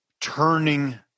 turning